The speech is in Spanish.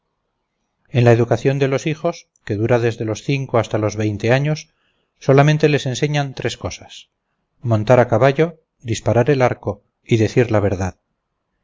en la educación de los hijos que dura desde los cinco hasta los veinte años solamente les enseñan tres cosas montar a caballo disparar el arco y decir la verdad